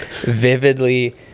vividly